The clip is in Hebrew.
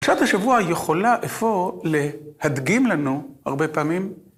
‫שעת השבוע יכולה איפוא להדגים לנו ‫הרבה פעמים...